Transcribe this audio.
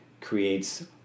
creates